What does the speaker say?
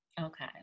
Okay